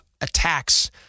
attacks